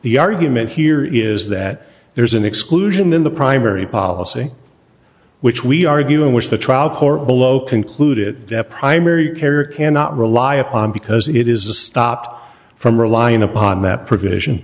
the argument here is that there is an exclusion in the primary policy which we argue in which the trial court below concluded that primary care cannot rely upon because it is stopped from relying upon that provision